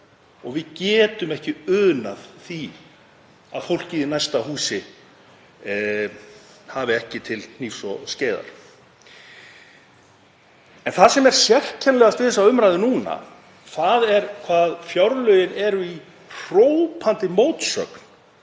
og við getum ekki unað því að fólkið í næsta húsi hafi ekki til hnífs og skeiðar. En það sem er sérkennilegast við þessa umræðu núna er hvað fjárlögin eru í hrópandi mótsögn